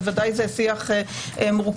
וודאי שזה שיח מורכב.